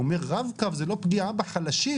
הוא אומר שרב קו זה לא פגיעה בחלשים,